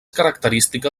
característica